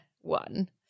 one